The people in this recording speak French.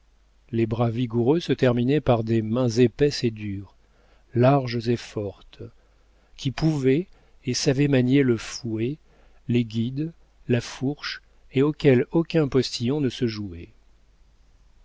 les bras vigoureux se terminaient par des mains épaisses et dures larges et fortes qui pouvaient et savaient manier le fouet les guides la fourche et auxquelles aucun postillon ne se jouait